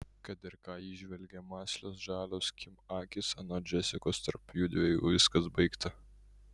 kad ir ką įžvelgė mąslios žalios kim akys anot džesikos tarp jųdviejų viskas baigta